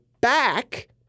back